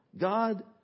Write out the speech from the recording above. God